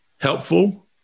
helpful